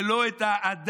ולא את האדם,